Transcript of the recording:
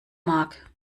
mag